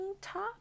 top